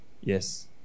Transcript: Yes